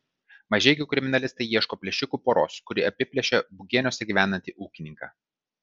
mažeikių kriminalistai ieško plėšikų poros kuri apiplėšė bugeniuose gyvenantį ūkininką